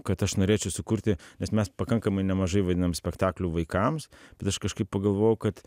kad aš norėčiau sukurti nes mes pakankamai nemažai vaidinam spektaklių vaikams bet aš kažkaip pagalvojau kad